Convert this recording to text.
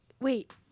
wait